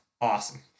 awesome